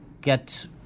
get